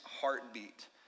heartbeat